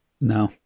no